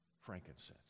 frankincense